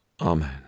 Amen